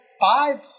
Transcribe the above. five